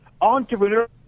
Entrepreneur